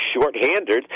shorthanded